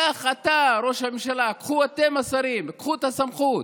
קח אתה ראש הממשלה וקחו אתם השרים את הסמכות.